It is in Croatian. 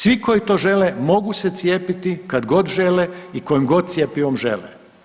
Svi koji to žele mogu se cijepiti kad god žele i kojim god cjepivom žele.